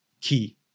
key